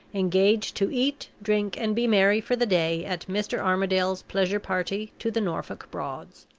engaged to eat, drink, and be merry for the day at mr. armadale's pleasure party to the norfolk broads.